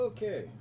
Okay